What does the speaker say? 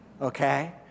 Okay